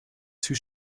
too